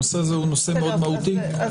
הנושא הזה מאוד מהותי.